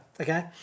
okay